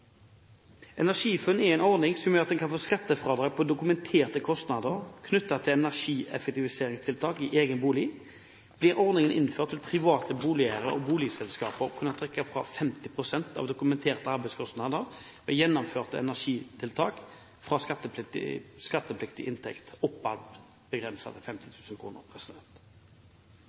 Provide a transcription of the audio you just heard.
er en ordning som gjør at en kan få skattefradrag for dokumenterte kostnader knyttet til energieffektiviseringstiltak i egen bolig. Blir ordningen innført, vil private boligeiere og boligselskaper kunne trekke fra 50 pst. av dokumenterte arbeidskostnader ved gjennomførte energeffektiviseringstiltak fra skattepliktig inntekt – begrenset oppad til